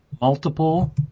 multiple